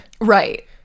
Right